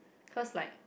cause like